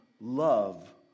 love